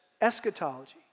eschatology